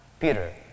Peter